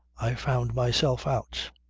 i found myself out.